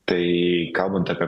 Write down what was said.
tai kalbant apie